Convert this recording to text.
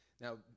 Now